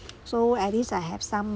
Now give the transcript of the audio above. so at least I have some